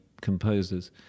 composers